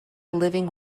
living